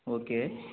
okay